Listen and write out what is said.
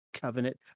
covenant